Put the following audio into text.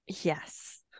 Yes